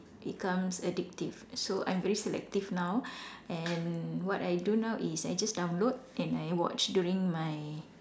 becomes addictive so I'm very selective now and what I do now is I just download and I watch during my